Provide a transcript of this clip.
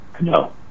No